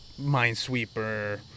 Minesweeper